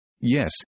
Yes